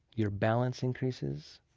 your balance increases,